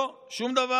לא, שום דבר.